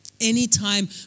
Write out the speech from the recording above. Anytime